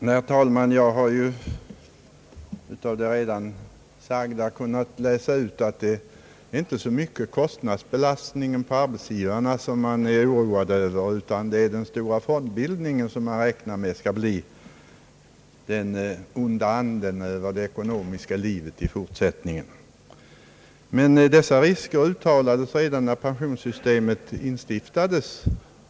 Herr talman! Av vad som här anförts framgår att det inte så mycket är kostnadsbelastningen på arbetsgivarna som man är oroad av, utan att det är den stora fondbildningen som man räknar med skall bli den onda anden i det ekonomiska livet i fortsättningen. Men dessa risker uttalades redan när pensionssystemet instiftades.